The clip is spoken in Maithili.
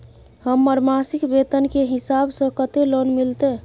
हमर मासिक वेतन के हिसाब स कत्ते लोन मिलते?